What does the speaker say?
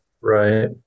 Right